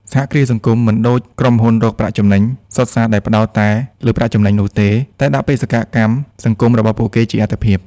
សហគ្រាសសង្គមមិនដូចក្រុមហ៊ុនរកប្រាក់ចំណេញសុទ្ធសាធដែលផ្តោតតែលើប្រាក់ចំណេញនោះទេ តែដាក់បេសកកម្មសង្គមរបស់ពួកគេជាអាទិភាព។